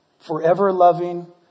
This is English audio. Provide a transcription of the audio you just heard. forever-loving